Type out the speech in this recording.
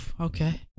okay